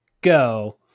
go